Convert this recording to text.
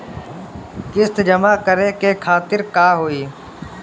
किस्त जमा करे के तारीख का होई?